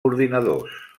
ordinadors